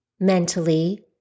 mentally